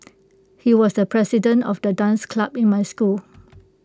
he was the president of the dance club in my school